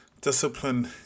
discipline